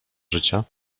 życia